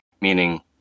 meaning